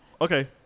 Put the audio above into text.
Okay